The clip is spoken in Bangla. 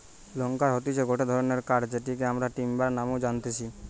লাম্বার হতিছে গটে ধরণের কাঠ যেটিকে আমরা টিম্বার নামেও জানতেছি